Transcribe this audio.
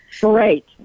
Great